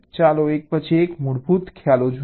ચાલો એક પછી એક મૂળભૂત ખ્યાલો જોઈએ